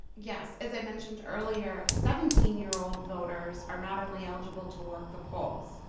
yes. as i mentioned earlier, seventeen year old voters are not only eligible to work the polls,